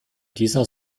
dieser